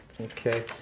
Okay